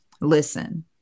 listen